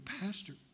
pastor